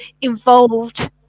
involved